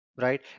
right